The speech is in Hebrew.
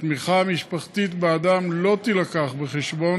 התמיכה המשפחתית באדם לא תילקח בחשבון